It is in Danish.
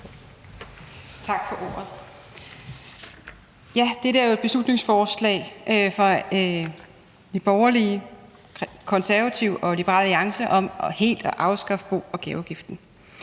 Tak for ordet. Dette er jo et beslutningsforslag fra Nye Borgerlige, Konservative og Liberal Alliance om helt at afskaffe bo- og gaveafgiften,